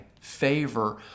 favor